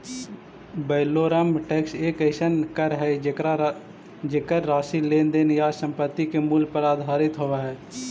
valorem tax एक अइसन कर हइ जेकर राशि लेन देन या संपत्ति के मूल्य पर आधारित होव हइ